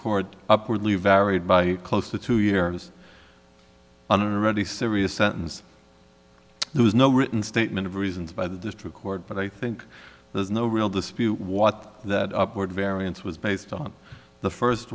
court upwardly varied by close to two years on a ready serious sentence there was no written statement of reasons by the district court but i think there's no real dispute what that upward variance was based on the first